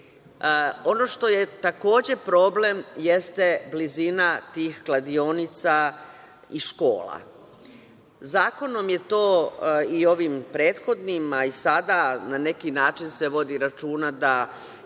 što je takođe problem, jeste blizina tih kladionica i škola. Zakonom je to i ovim prethodnim, a i sada na neki način se vodi računa da